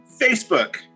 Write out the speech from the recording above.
Facebook